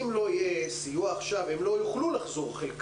אם לא יהיה סיוע עכשיו חלקם לא יוכלו לחזור.